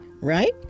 Right